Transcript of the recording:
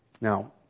Now